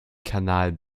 kanal